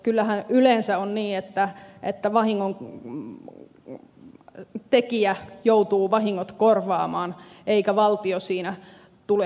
kyllähän yleensä on niin että vahingontekijä joutuu vahingot korvaamaan eikä valtio siinä tule hätiin